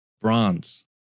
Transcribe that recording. Bronze